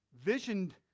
Visioned